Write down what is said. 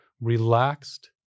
relaxed